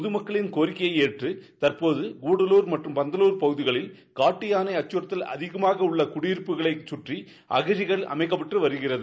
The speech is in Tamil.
பொதுமக்களின் கோரிக்கையை எற்று தற்போது கூடலூர் மற்றும் பந்தலூர் பகுதிகளில் காட்டு யாளை அக்கறத்தல் அதிகமாக உள்ள குடியிருப்புகளை கற்றி அகழிகள் அமைக்கப்பட்டு வருகிறது